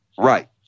Right